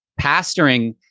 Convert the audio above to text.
pastoring